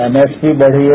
MMP बढ़ी है